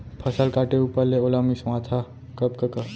फसल काटे ऊपर ले ओला मिंसवाथा कब कका?